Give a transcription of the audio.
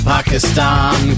Pakistan